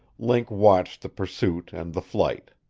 link watched the pursuit and the flight.